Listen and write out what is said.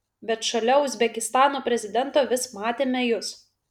bet šalia uzbekistano prezidento vis matėme jus